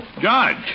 Judge